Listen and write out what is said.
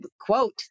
quote